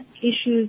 issues